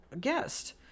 guest